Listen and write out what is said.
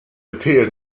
appears